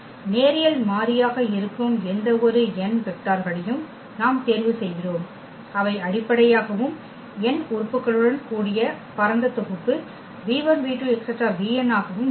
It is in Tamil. நேரியல் மாறியாக இருக்கும் எந்தவொரு n வெக்டார்களையும் நாம் தேர்வு செய்கிறோம் அவை அடிப்படையாகவும் n உறுப்புகளுடன் கூடிய பரந்த தொகுப்பு v1 v2 vn ஆகவும் இருக்கும்